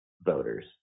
voters